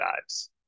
dives